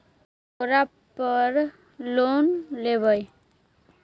ओरापर लोन लेवै?